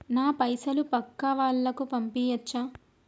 నా పైసలు పక్కా వాళ్ళకు పంపియాచ్చా?